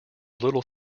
little